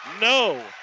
No